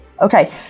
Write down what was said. Okay